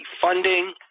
funding